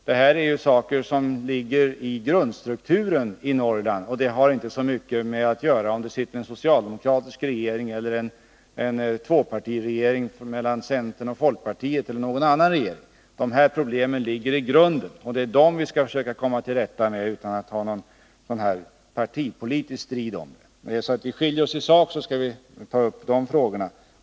Det här är saker som ligger i grundstrukturen i Norrland. Det har inte så mycket att göra med om det sitter en socialdemokratisk regering eller en tvåpartiregering mellan centern och folkpartiet eller någon annan regering. De här problemen ligger i grunden, och vi skall försöka att komma till rätta med dem utan att ha någon partipolitisk strid om saken. Men rör det sig om skillnader i sak, skall vi ta upp frågorna.